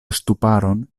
ŝtuparon